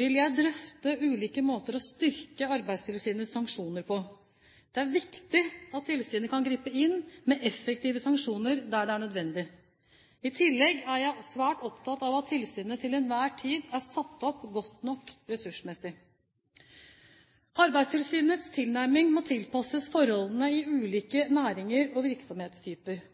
vil jeg drøfte ulike måter å styrke Arbeidstilsynets sanksjoner på. Det er viktig at tilsynet kan gripe inn med effektive sanksjoner der det er nødvendig. I tillegg er jeg svært opptatt av at tilsynet til enhver tid er satt opp godt nok ressursmessig. Arbeidstilsynets tilnærming må tilpasses forholdene i ulike næringer og virksomhetstyper.